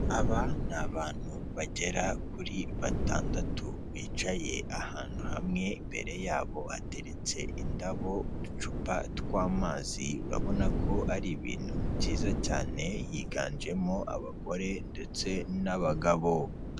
Aba ni abantu bagera kuri batandatu bicaye ahantu hamwe, imbere yabo hateretse indabo, uducupa tw'amazi urabona ko ari ibintu byiza cyane higanjemo abagore ndetse n'abagabo.